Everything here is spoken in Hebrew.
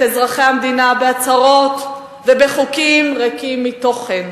אזרחי המדינה בהצהרות ובחוקים ריקים מתוכן,